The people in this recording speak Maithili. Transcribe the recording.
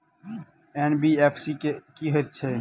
एन.बी.एफ.सी की हएत छै?